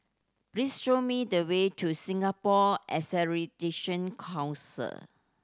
please show me the way to Singapore Accredition Council